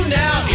now